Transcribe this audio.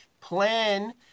plan